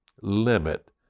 limit